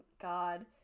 God